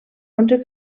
onze